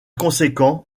conséquent